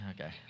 okay